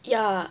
ya